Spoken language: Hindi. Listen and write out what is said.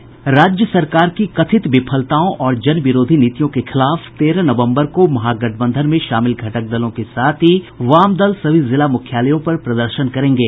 राज्य सरकार की कथित विफलताओं और जन विरोधी नीतियों के खिलाफ तेरह नवंबर को महागठबंधन में शामिल घटक दलों के साथ ही वामदल सभी जिला मुख्यालयों पर प्रदर्शन करेंगे